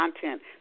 content